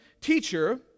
teacher